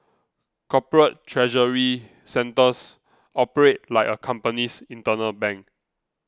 corporate treasury centres operate like a company's internal bank